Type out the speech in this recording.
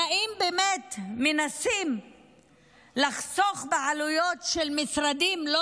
האם באמת מנסים לחסוך בעלויות של משרדים לא